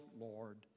Lord